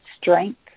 strength